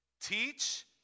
Teach